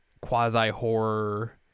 quasi-horror